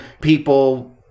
people